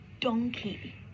donkey